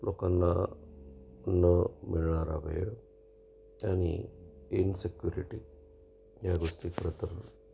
लोकांना न मिळणारा वेळ आनि इन्सिक्युरिटी या गोष्टी खरंतर